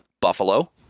Buffalo